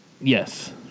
Yes